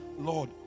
lord